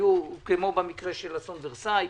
כמו במקרה של אסון ורסאי.